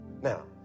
Now